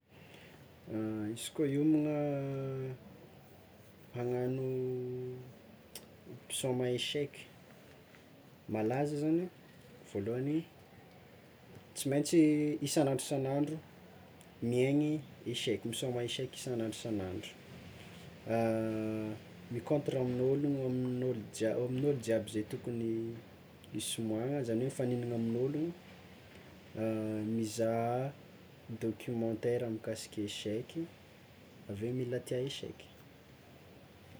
Izy koa hiomagna hagnano mpisaoma eseky malaza zany, voalohany, tsy maintsy isan'andro isan'andro miaigny eseka misaoma eseky isan'andro isan'andro, micontre amin'olo, amin'olo amin'olo jiaby tokony hisomoagna zany hoe mifaninana amin'ologno, mizaha documentaire mikasiky eseky aveo mila tià eseky.